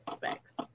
thanks